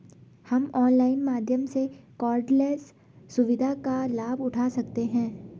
हम ऑनलाइन माध्यम से कॉर्डलेस सुविधा का लाभ उठा सकते हैं